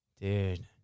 Dude